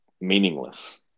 meaningless